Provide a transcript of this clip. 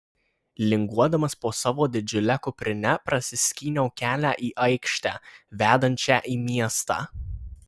linguodamas po savo didžiule kuprine prasiskyniau kelią į aikštę vedančią į miestą